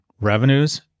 revenues